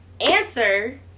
answer